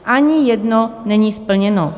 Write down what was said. Ani jedno není splněno.